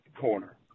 corner